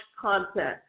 content